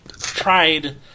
tried